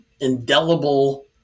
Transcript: indelible